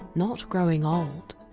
not growing old.